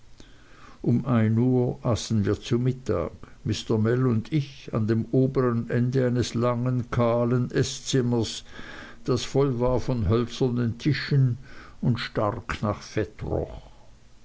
um ein uhr aßen wir zu mittag mr mell und ich an dem obern ende eines langen kahlen eßzimmers das voll war von hölzernen tischen und stark nach fett roch